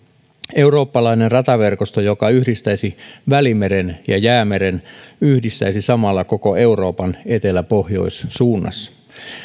eurooppalainen rataverkosto joka yhdistäisi välimeren ja jäämeren yhdistäisi samalla koko euroopan etelä pohjois suunnassa